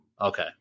okay